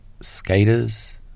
skaters